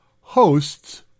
hosts